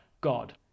God